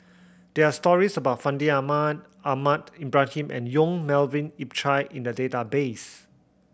there are stories about Fandi Ahmad Ahmad Ibrahim and Yong Melvin Yik Chye in the database